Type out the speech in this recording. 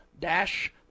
dash